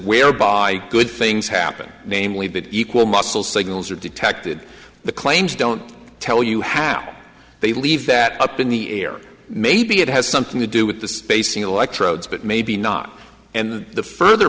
whereby good things happen namely that equal muscle signals are detected the claims don't tell you how they leave that up in the air maybe it has something to do with the spacing electrodes but maybe not and the further